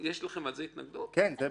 יש לכם התנגדות לזה?